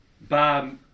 Bob